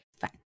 Fine